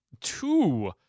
two